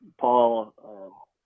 paul